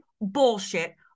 bullshit